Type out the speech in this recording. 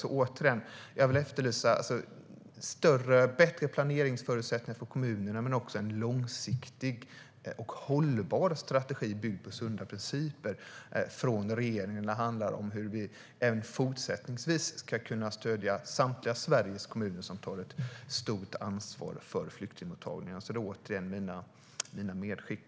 Återigen vill jag efterlysa bättre planeringsförutsättningar för kommunerna men också en långsiktig och hållbar strategi byggd på sunda principer från regeringen. Det handlar om hur vi även fortsättningsvis ska kunna stödja samtliga Sveriges kommuner som tar ett stort ansvar för flyktingmottagningen. Det är återigen mina medskick.